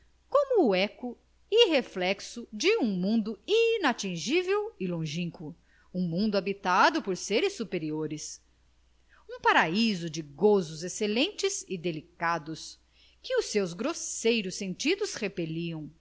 como o eco e reflexo de um mundo inatingível e longínquo um mundo habitado por seres superiores um paraíso de gozos excelentes e delicados que os seus grosseiros sentidos repeliam